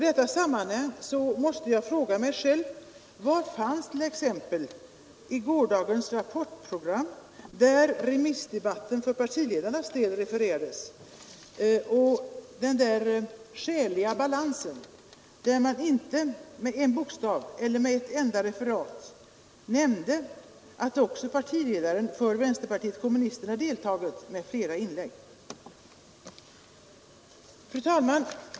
I detta sammanhang måste jag ställa mig frågan: Var fanns t.ex. i gårdagens Rapportprogram, där remissdebatten för partiledarnas del refererades, den där skäliga balansen, när man inte med en bokstav eller med ett enda referat nämnde att också partiledaren för vänsterpartiet kommunisterna deltagit med flera inlägg? Fru talman!